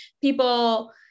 people